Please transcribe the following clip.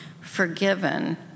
forgiven